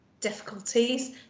difficulties